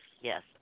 Yes